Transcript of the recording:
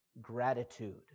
gratitude